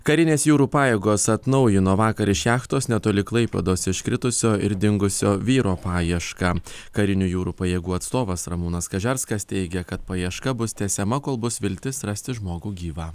karinės jūrų pajėgos atnaujino vakar iš jachtos netoli klaipėdos iškritusio ir dingusio vyro paiešką karinių jūrų pajėgų atstovas ramūnas kažerskas teigia kad paieška bus tęsiama kol bus viltis rasti žmogų gyvą